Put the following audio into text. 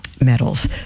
medals